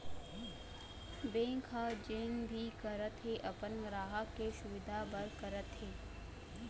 bank ह जेन भी करत हे अपन गराहक के सुबिधा बर करत हे